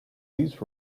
this